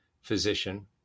physician